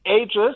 ages